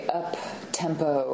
up-tempo